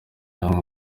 namwe